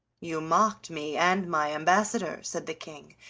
you mocked me and my ambassador, said the king,